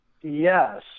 yes